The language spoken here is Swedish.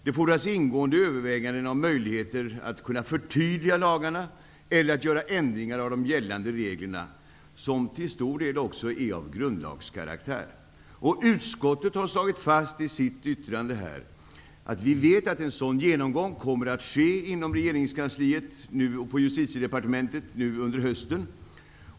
Det fordras ingående överväganden om möjligheter att kunna förtydliga lagarna eller att göra ändringar av de gällande reglerna som till stor del också är av grundlagskaraktär. I sitt yttrande har utskottet slagit fast att vi vet att en sådan genomgång kommer att ske inom regeringskansliet, Justitiedepartementet, under hösten.